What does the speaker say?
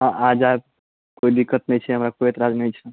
हँ आ जायब कोइ दिक्कत नहि छै हमरा कोइ एतराज नहि छै